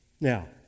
Now